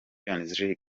league